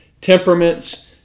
temperaments